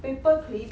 paper clip